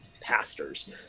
pastors